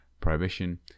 prohibition